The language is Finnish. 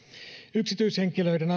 yksityishenkilöiden